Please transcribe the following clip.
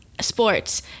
sports